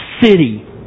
city